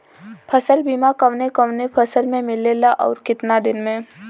फ़सल बीमा कवने कवने फसल में मिलेला अउर कितना दिन में?